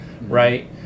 right